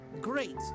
Great